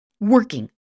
working